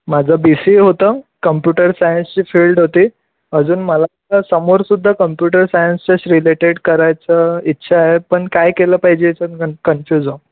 माझा B C A होतं computer सायन्सची फिल्ड होती अजून मला समोर सुद्धा कंपुटर सायन्सच्याच रिलेटेड करायचं इच्छा आहे पण काय केलं पाहिजे याचात कन कन्फ्यूज हौ